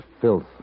filth